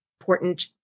important